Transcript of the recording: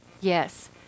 Yes